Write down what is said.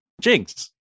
Jinx